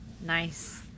Nice